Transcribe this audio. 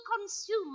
consumer